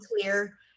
clear